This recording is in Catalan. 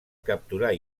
capturar